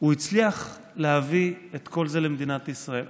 הוא הצליח להביא את כל זה למדינת ישראל.